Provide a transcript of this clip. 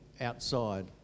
outside